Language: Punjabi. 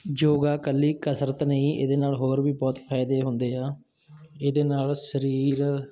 ਯੋਗਾ ਇਕੱਲੀ ਕਸਰਤ ਨਹੀਂ ਇਹਦੇ ਨਾਲ ਹੋਰ ਵੀ ਬਹੁਤ ਫਾਇਦੇ ਹੁੰਦੇ ਆ ਇਹਦੇ ਨਾਲ ਸਰੀਰ